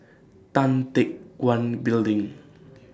Tan Teck Guan Building